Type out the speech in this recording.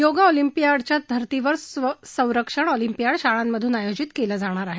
योग ऑलिंपियाडच्या धर्तीवर स्वर संरक्षण ऑलिंपियाड शाळांमधून आयोजित केली जाणार आहे